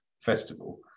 festival